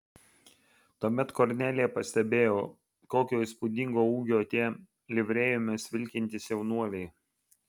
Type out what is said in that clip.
tuomet kornelija pastebėjo kokio įspūdingo ūgio tie livrėjomis vilkintys jaunuoliai